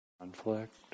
conflict